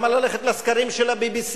למה ללכת לסקרים של ה-BBC?